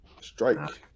Strike